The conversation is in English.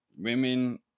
women